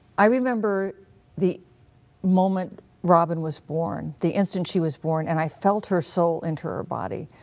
i remember the moment robin was born, the instant she was born, and i felt her soul enter her body,